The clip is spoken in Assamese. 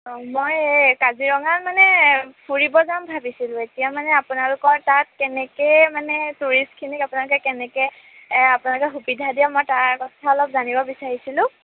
অঁ মই কাজিৰঙা মানে ফুৰিব যাম ভাবিছিলোঁ এতিয়া মানে আপোনালোকৰ তাত কেনেকৈ মানে টুৰিষ্টখিনিক আপোনালোকে কেনেকৈ আপোনালোকে সুবিধা দিয়ে মই তাৰ কথা অলপ জানিব বিচাৰিছিলোঁ